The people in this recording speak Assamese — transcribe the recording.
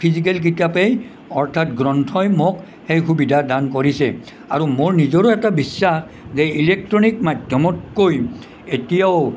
ফিজিকেল কিতাপেই অৰ্থাৎ গ্ৰন্থই মোক সেই সুবিধা দান কৰিছে আৰু মোৰ নিজৰো এটা বিশ্বাস যে ইলেক্ট্ৰনিক মাধ্য়মতকৈ এতিয়াও